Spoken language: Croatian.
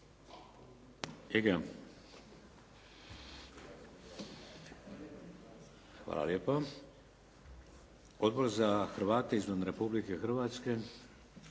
Hvala lijepo. Odbor za Hrvate izvan Republike Hrvatske?